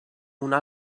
una